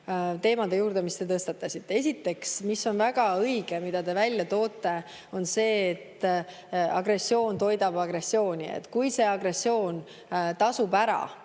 teemade juurde, mis te tõstatasite. Esiteks on väga õige see, mille te välja toote: agressioon toidab agressiooni. Kui see agressioon tasub ära,